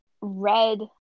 red